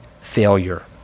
failure